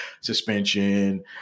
suspension